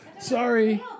Sorry